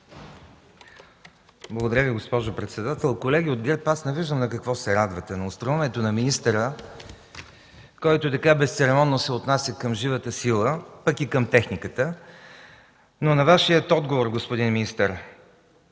Благодаря Ви, госпожо председател. Колеги от ГЕРБ, аз не виждам на какво се радвате – на остроумието на министъра, който така безцеремонно се отнася към живата сила пък и към техниката?! На Вашия отговор, господин министър.